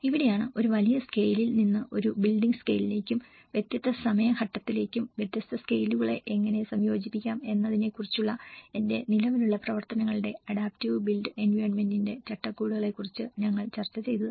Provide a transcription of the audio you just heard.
ഇവിടെയാണ് ഒരു വലിയ സ്കെയിലിൽ നിന്ന് ഒരു ബിൽഡിംഗ് സ്കെയിലിലേക്കും വ്യത്യസ്ത സമയ ഘട്ടങ്ങളിലേക്കും വ്യത്യസ്ത സ്കെയിലുകളെ എങ്ങനെ സംയോജിപ്പിക്കാം എന്നതിനെക്കുറിച്ചുള്ള എന്റെ നിലവിലുള്ള പ്രവർത്തനങ്ങളുടെ അഡാപ്റ്റീവ് ബിൽറ്റ് എൻവയോൺമെന്റിന്റെ ചട്ടക്കൂടുകളെക്കുറിച്ച് ഞങ്ങൾ ചർച്ച ചെയ്തത്